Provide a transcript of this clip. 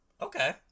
Okay